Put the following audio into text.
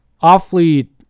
awfully